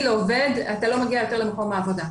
לעובד אתה לא מגיע יותר למקום העבודה.